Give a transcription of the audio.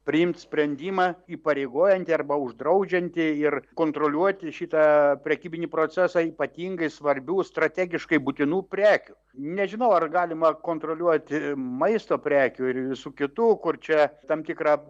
priimt sprendimą įpareigojantį arba uždraudžiantį ir kontroliuoti šitą prekybinį procesą ypatingai svarbių strategiškai būtinų prekių nežinau ar galima kontroliuoti maisto prekių ir visų kitų kur čia tam tikra